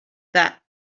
that